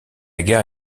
gare